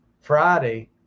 Friday